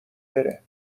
بره